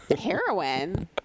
heroin